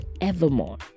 evermore